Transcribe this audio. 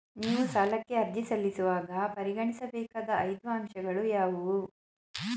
ನೀವು ಸಾಲಕ್ಕೆ ಅರ್ಜಿ ಸಲ್ಲಿಸುವಾಗ ಪರಿಗಣಿಸಬೇಕಾದ ಐದು ಅಂಶಗಳು ಯಾವುವು?